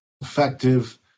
effective